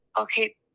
Okay